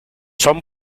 son